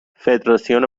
فدراسیون